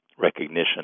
recognition